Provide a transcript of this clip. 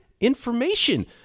information